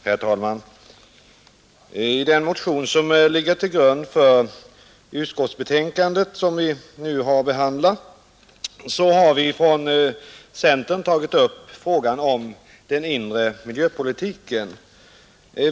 Herr talman! I den motion som ligger till grund för det utskottsbetänkande vi nu har att behandla har vi från centern tagit upp frågan om den inre miljöpolitiken.